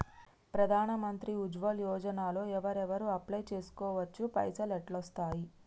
ప్రధాన మంత్రి ఉజ్వల్ యోజన లో ఎవరెవరు అప్లయ్ చేస్కోవచ్చు? పైసల్ ఎట్లస్తయి?